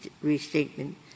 restatement